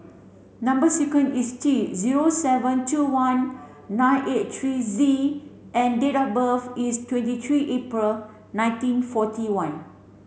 number sequence is T zero seven two one nine eight three Z and date of birth is twenty three April nineteen forty one